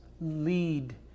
lead